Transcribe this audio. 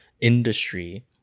industry